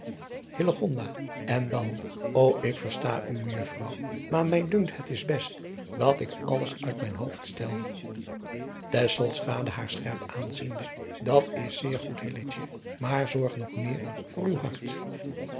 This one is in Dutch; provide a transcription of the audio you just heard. n dan o k versta u ejuffrouw maar mij dunkt het is best dat ik alles uit mijn hoofd stel haar scherp aanziende at is zeer goed maar zorg nog meer voor uw hart